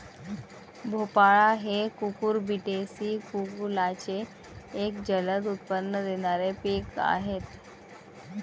भोपळा हे कुकुरबिटेसी कुलाचे एक जलद उत्पन्न देणारे पीक आहे